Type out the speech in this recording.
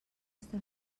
està